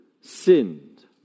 sinned